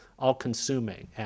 all-consuming